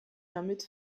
damit